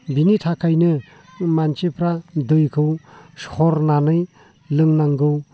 बेनि थाखायनो मानसिफ्रा दैखौ सरनानै लोंनांगौ